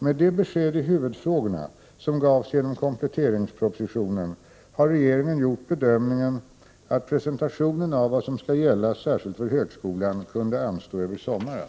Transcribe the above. Med de besked i huvudfrågorna, som gavs genom och styrsystem för högkompletteringspropositionen, har regeringen gjort bedömningen att presenskolan tationen av vad som skall gälla särskilt för högskolan kunde anstå över sommaren.